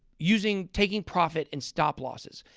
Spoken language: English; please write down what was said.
using taking profit and stop-losses.